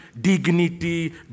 dignity